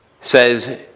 says